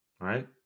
right